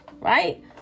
right